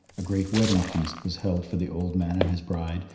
a great wedding feast was held for the old man and his bride,